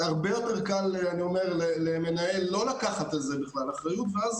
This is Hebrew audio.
הרבה יותר קל למנהל לא לקחת על זה בכלל אחריות ואז